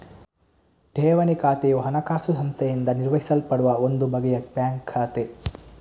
ಠೇವಣಿ ಖಾತೆಯು ಹಣಕಾಸು ಸಂಸ್ಥೆಯಿಂದ ನಿರ್ವಹಿಸಲ್ಪಡುವ ಒಂದು ಬಗೆಯ ಬ್ಯಾಂಕ್ ಖಾತೆ